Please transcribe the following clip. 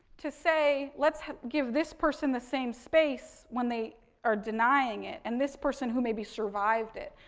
to say let's give this person the same space when they are denying it, and this person who maybe survived it,